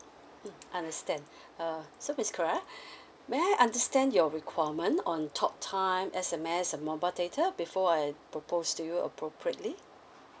mm understand uh so miss clara may I understand your requirement on talk time S_M_S and mobile data before I propose to you appropriately